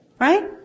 Right